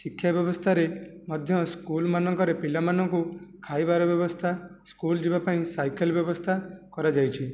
ଶିକ୍ଷା ବ୍ୟବସ୍ଥାରେ ମଧ୍ୟ ସ୍କୁଲ୍ମାନଙ୍କରେ ପିଲାମାନଙ୍କୁ ଖାଇବାର ବ୍ୟବସ୍ଥା ସ୍କୁଲ୍ ଯିବା ପାଇଁ ସାଇକେଲ ବ୍ୟବସ୍ଥା କରାଯାଇଛି